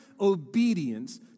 obedience